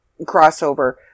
crossover